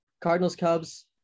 Cardinals-Cubs